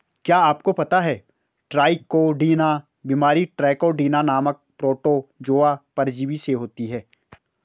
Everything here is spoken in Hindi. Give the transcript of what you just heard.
क्या आपको पता है ट्राइकोडीना बीमारी ट्राइकोडीना नामक प्रोटोजोआ परजीवी से होती है?